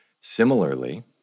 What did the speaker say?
Similarly